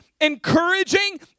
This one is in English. encouraging